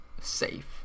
safe